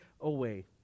away